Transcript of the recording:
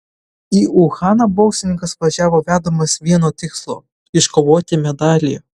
į uhaną boksininkas važiavo vedamas vieno tikslo iškovoti medalį